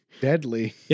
deadly